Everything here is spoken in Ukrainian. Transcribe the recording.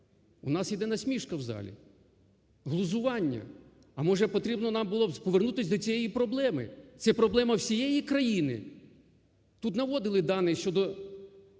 У нас іде насмішка в залі, глузування. А може потрібно нам було б повернутися до цієї проблеми, це проблема всієї країни. Тут наводили дані щодо